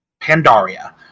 Pandaria